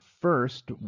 First